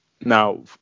Now